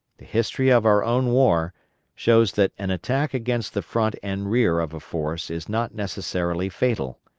the history of our own war shows that an attack against the front and rear of a force is not necessarily fatal.